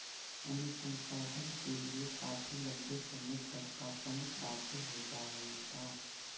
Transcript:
अनुसंधान के लिए काफी लंबे समय तक का फंड प्राप्त हो जा हई का